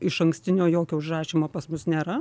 išankstinio jokio užrašymo pas mus nėra